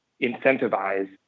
incentivize